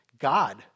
God